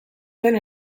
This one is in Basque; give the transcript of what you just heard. zuen